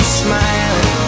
smiling